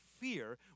fear